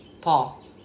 Paul